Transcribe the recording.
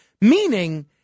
meaning